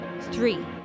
three